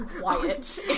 quiet